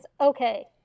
okay